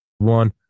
One